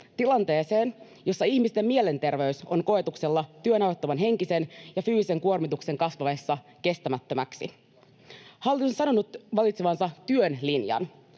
tilanteeseen, jossa ihmisten mielenterveys on koetuksella työn aiheuttaman henkisen ja fyysisen kuormituksen kasvaessa kestämättömäksi. Hallitus on sanonut valitsevansa työn linjan.